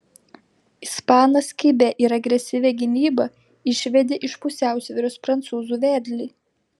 ispanas kibia ir agresyvia gynyba išvedė iš pusiausvyros prancūzų vedlį